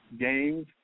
games